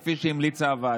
בבקשה.